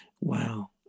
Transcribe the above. Wow